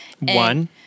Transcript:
One